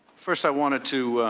first, i wanted to